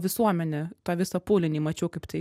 visuomenė tą visą pūlinį mačiau kaip tai